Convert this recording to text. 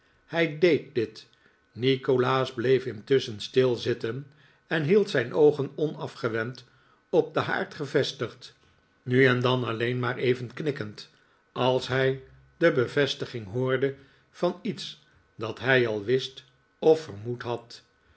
hij deed dit nikolaas bleef intusschen stil zitten en hield zijn oogen onafgewend op den haard gevestigd nu en dan alleen maar even knikkend als hij de bevestiging hoorde van iets dat hij al wist of vermoed had